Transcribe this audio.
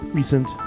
recent